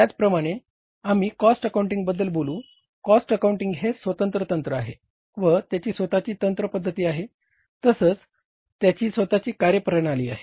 त्याचप्रमाणे आम्ही कॉस्ट अकाउंटिंगबद्दल बोलू कॉस्ट अकाउंटिंग हे स्वतंत्र आहे व त्याची स्वतःची तंत्र पद्धती आहे तसंच त्याची स्वतःची कार्य प्रणाली आहे